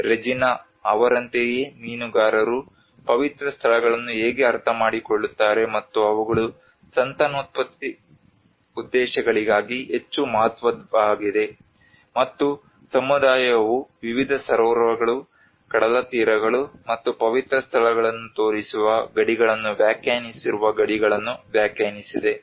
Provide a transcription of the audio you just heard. Regina ಅವರಂತೆಯೇ ಮೀನುಗಾರರು ಪವಿತ್ರ ಸ್ಥಳಗಳನ್ನು ಹೇಗೆ ಅರ್ಥಮಾಡಿಕೊಳ್ಳುತ್ತಾರೆ ಮತ್ತು ಅವುಗಳು ಸಂತಾನೋತ್ಪತ್ತಿ ಉದ್ದೇಶಗಳಿಗಾಗಿ ಹೆಚ್ಚು ಮಹತ್ವದ್ದಾಗಿವೆ ಮತ್ತು ಸಮುದಾಯವು ವಿವಿಧ ಸರೋವರಗಳು ಕಡಲತೀರಗಳು ಮತ್ತು ಪವಿತ್ರ ಸ್ಥಳಗಳನ್ನು ತೋರಿಸುವ ಗಡಿಗಳನ್ನು ವ್ಯಾಖ್ಯಾನಿಸಿರುವ ಗಡಿಗಳನ್ನು ವ್ಯಾಖ್ಯಾನಿಸಿದೆ